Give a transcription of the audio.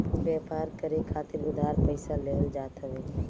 व्यापार करे खातिर उधार पईसा लेहल जात हवे